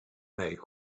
make